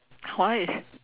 why